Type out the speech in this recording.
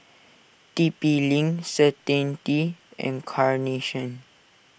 T P Link Certainty and Carnation